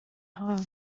harm